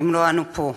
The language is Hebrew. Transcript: לא אנו פה.